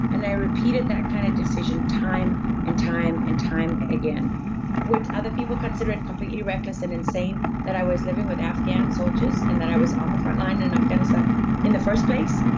and i repeated that kind of decision time, and time, and time again would other people consider it completely reckless and insane that i was living with afghan soldiers, and that i was on the frontline in afghanistan in the first place?